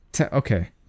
okay